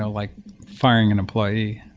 ah like firing an employee.